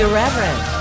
Irreverent